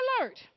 alert